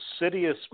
Insidious